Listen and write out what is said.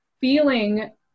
feeling